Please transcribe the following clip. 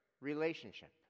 relationship